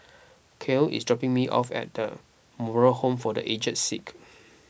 Cael is dropping me off at Moral Home for the Aged Sick